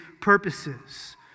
purposes